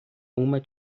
uma